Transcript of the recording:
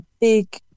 big